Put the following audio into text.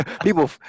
people